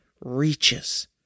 reaches